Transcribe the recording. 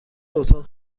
اتاق